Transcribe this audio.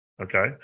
Okay